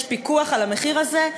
יש פיקוח על המחיר הזה?